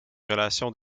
relations